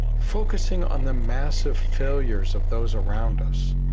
focusing on the massive failures of those around us.